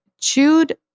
chewed